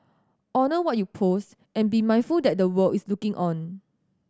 honour what you post and be mindful that the world is looking on